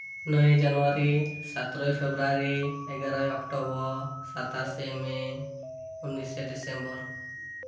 ᱱᱚᱭ ᱡᱟᱱᱩᱣᱟᱨᱤ ᱥᱟᱛᱮᱨᱚᱭ ᱯᱷᱮᱵᱨᱩᱣᱟᱨᱤ ᱮᱜᱟᱨᱚᱭ ᱚᱠᱴᱚᱵᱚᱨ ᱥᱟᱛᱟᱥᱮ ᱢᱮ ᱩᱱᱱᱤᱥᱮ ᱰᱤᱥᱮᱢᱵᱚᱨ